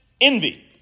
envy